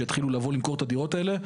שיתחילו לבוא ולמכור את הדירות האלה,